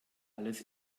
alles